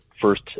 first